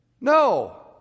No